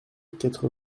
quatre